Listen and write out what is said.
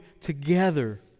together